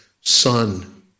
son